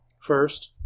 First